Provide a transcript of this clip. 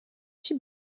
schi